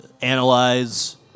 analyze